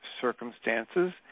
circumstances